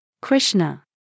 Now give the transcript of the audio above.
Krishna